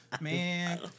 Man